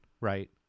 right